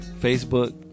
Facebook